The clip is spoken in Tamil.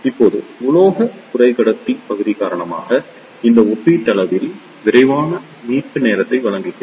இப்போது உலோக குறைக்கடத்தி பகுதி காரணமாக இது ஒப்பீட்டளவில் விரைவான மீட்பு நேரத்தை வழங்குகிறது